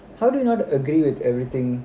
how do you not agree with everything